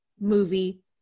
movie